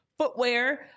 Footwear